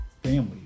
family